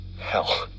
hell